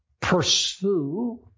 Pursue